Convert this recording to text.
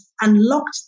unlocked